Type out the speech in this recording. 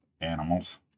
animals